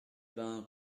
ben